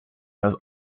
has